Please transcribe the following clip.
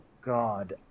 God